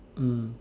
mm